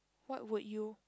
what would you